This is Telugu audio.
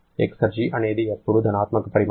ఎక్సర్జి అనేది ఎప్పుడూ ధనాత్మక పరిమాణం